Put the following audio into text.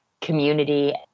community